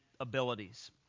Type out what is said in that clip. abilities